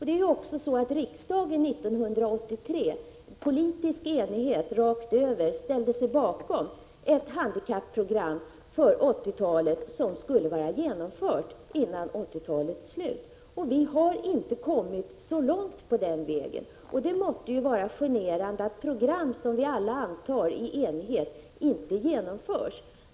Det är också så att riksdagen 1983 i politisk enighet ställde sig bakom ett handikapprogram för 1980-talet som skulle vara genomfört före 1980-talets slut, och vi har inte kommit så långt på den vägen. Det måtte väl vara generande att program som vi antar i enighet inte genomförs.